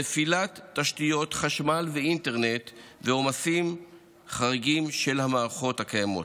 נפילת תשתיות חשמל ואינטרנט ועומסים חריגים על המערכות הקיימות.